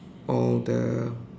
all the